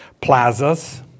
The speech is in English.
plazas